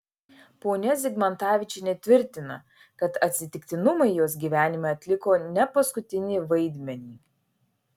ponia zigmantavičienė tvirtina kad atsitiktinumai jos gyvenime atliko ne paskutinį vaidmenį